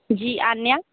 जी Anya